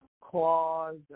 clause